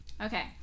Okay